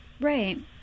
Right